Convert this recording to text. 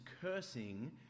cursing